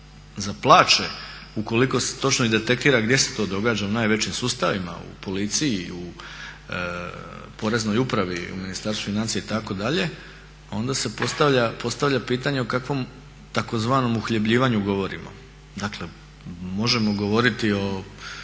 za plaće ukoliko se točno detektira gdje se to događa u najvećim sustavima u policiji u Poreznoj upravi u Ministarstvu financija itd. onda se postavlja pitanje o kakvom tzv. uhljebljivanju govorimo. Dakle možemo govoriti o